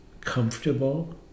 comfortable